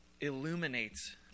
illuminates